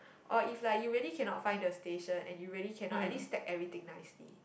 oh if like you really cannot find the station and you really cannot at least pack everything nicely